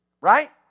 Right